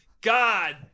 God